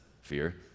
Fear